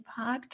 podcast